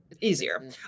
easier